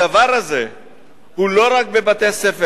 הדבר הזה הוא לא רק בבתי-ספר.